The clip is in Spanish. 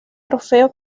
trofeo